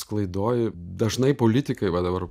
sklaidoj dažnai politikai va dabar